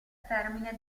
termine